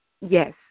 Yes